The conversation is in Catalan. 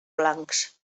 blancs